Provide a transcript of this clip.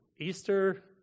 Easter